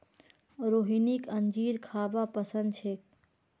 रोहिणीक अंजीर खाबा पसंद छेक